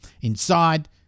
Inside